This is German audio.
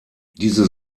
diese